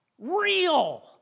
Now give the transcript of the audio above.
real